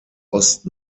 ost